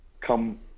come